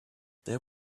there